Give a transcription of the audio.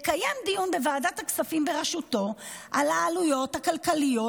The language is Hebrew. לקיים דיון בוועדת הכספים בראשותו על העלויות הכלכליות